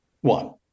One